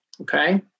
Okay